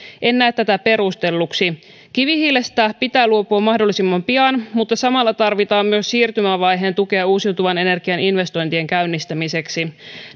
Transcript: en näe tätä perustelluksi kivihiilestä pitää luopua mahdollisimman pian mutta samalla tarvitaan myös siirtymävaiheen tukea uusiutuvan energian investointien käynnistämiseksi